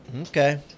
Okay